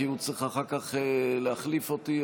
כי הוא צריך אחר כך להחליף אותי,